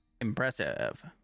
Impressive